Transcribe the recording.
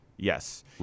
Yes